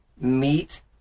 meet